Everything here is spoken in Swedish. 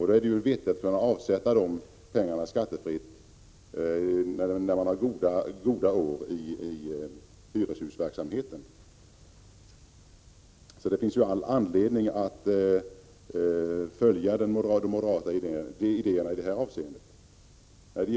Då är det viktigt att kunna avsätta de pengarna skattefritt när man har goda år i hyreshusverksamheten. Det finns all anledning att följa de moderata idéerna i detta avseende.